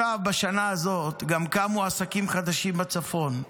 עכשיו, בשנה הזאת גם קמו עסקים חדשים בצפון.